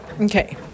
Okay